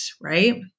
Right